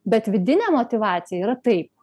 bet vidinė motyvacija yra taip